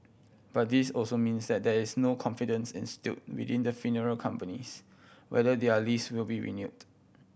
but this also means that there is no confidence instilled within the funeral companies whether their lease will be renewed